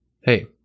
hey